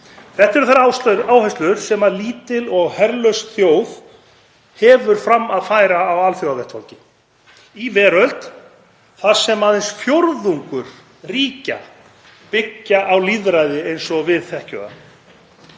Þetta eru þær áherslur sem lítil og herlaus þjóð hefur fram að færa á alþjóðavettvangi, í veröld þar sem aðeins fjórðungur ríkja byggir á lýðræði eins og við þekkjum það,